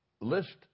List